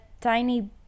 tiny